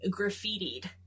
graffitied